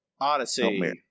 Odyssey